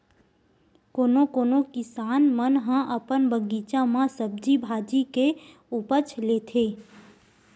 कोनो कोनो किसान मन ह अपन बगीचा म सब्जी भाजी के उपज लेथे